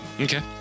Okay